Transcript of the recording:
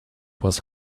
was